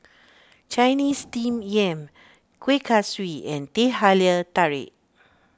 Chinese Steamed Yam Kueh Kaswi and Teh Halia Tarik